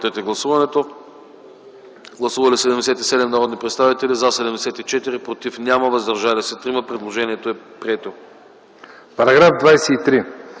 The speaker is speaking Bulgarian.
Параграф 2